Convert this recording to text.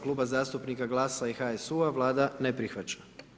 Klub zastupnika GLAS-a i HSU-a, Vlada ne prihvaća.